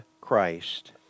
Christ